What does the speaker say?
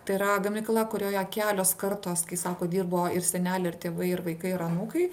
tai yra gamykla kurioje kelios kartos kai sako dirbo ir seneliai ir tėvai ir vaikai ir anūkai